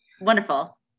wonderful